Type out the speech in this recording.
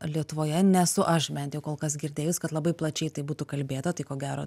lietuvoje nesu aš bent jau kol kas girdėjus kad labai plačiai tai būtų kalbėta tai ko gero